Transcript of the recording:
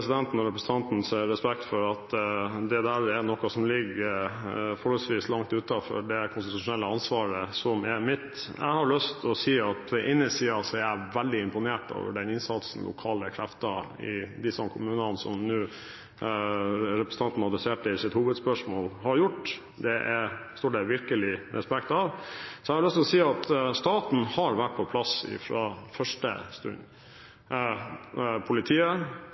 og representantens respekt for at dette er noe som ligger forholdsvis langt utenfor det konstitusjonelle ansvaret som er mitt. Jeg har lyst til å si at jeg er veldig imponert over den innsatsen lokale krefter i de kommunene som representanten har med i sitt hovedspørsmål, har gjort, det står det virkelig respekt av. Så har jeg lyst til å si at staten har vært på plass fra første stund: politiet,